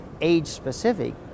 age-specific